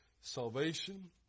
Salvation